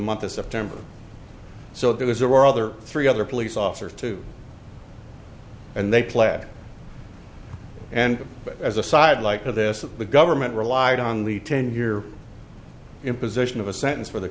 month of september so there was there were other three other police officers too and they pled and as a side like of this of the government relied on the ten year imposition of a sentence for the